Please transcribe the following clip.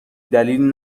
دلیل